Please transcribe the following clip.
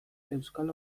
euskal